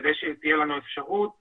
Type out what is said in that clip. כדי שתהיה לנו אפשרות